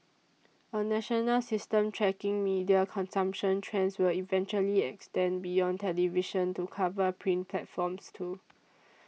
a national system tracking media consumption trends will eventually extend beyond television to cover print platforms too